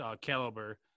caliber